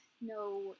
no